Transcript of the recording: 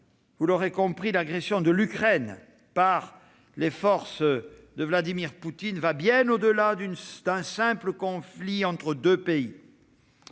vous l'aurez compris, l'agression de l'Ukraine par les forces de Vladimir Poutine va bien au-delà d'un simple conflit entre deux pays.